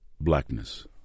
blackness